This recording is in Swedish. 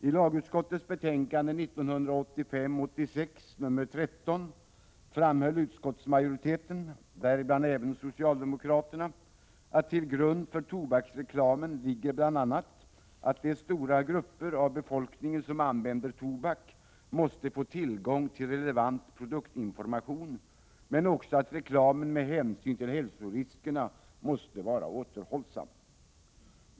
I lagutskottets betänkande 1985/86:13 framhöll utskottsmajoriteten, däribland även socialdemokraterna, att till grund för tobaksreklamen ligger bl.a. att de stora grupper av befolkningen som använder tobak måste få tillgång till relevant produktinformation men också att reklamen med hänsyn till hälsoriskerna måste vara återhållsam.